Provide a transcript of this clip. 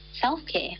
self-care